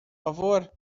favor